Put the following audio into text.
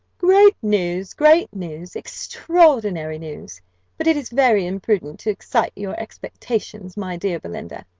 great news great news extraordinary news but it is very imprudent to excite your expectations, my dear belinda.